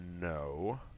no